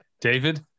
david